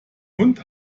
hund